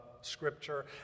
Scripture